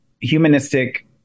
humanistic